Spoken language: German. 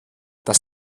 dass